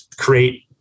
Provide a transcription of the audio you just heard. create